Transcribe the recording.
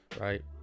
Right